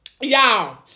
Y'all